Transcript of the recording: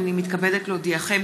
הינני מתכבדת להודיעכם,